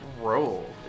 Roll